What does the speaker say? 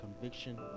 conviction